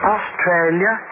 Australia